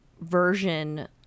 version